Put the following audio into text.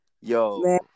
Yo